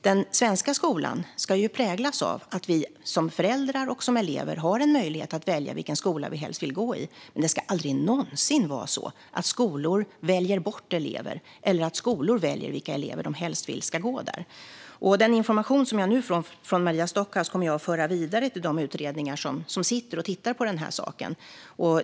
Den svenska skolan ska präglas av att vi som föräldrar och elever har en möjlighet att välja vilken skola vi helst vill gå i. Det ska aldrig någonsin vara så att skolor väljer bort elever eller att skolor väljer vilka elever de helst vill ska gå där. Den information jag nu får från Maria Stockhaus kommer jag att föra vidare till de utredningar som sitter och tittar på den här saken.